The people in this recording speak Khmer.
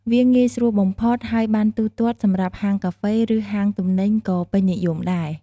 វាងាយស្រួលបំផុត ហើយប័ណ្ណទូទាត់សម្រាប់ហាងកាហ្វេ ឬហាងទំនិញក៏ពេញនិយមដែរ។